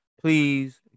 Please